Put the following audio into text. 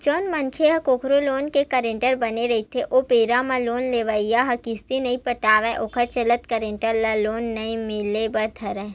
जउन मनखे ह कखरो लोन के गारंटर बने रहिथे ओ बेरा म लोन लेवइया ह किस्ती नइ पटाय ओखर चलत गारेंटर ल लोन नइ मिले बर धरय